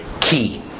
key